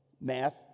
math